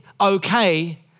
okay